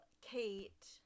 Kate